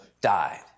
died